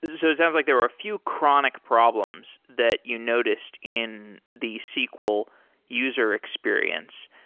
it so sounds like there were a few chronic problems that you noticed in the sql user experience.